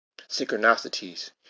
Synchronicities